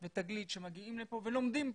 ו"תגלית" שמגיעים לפה ולומדים פה.